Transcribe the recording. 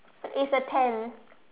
it's a tent